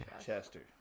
Chester